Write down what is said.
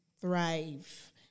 thrive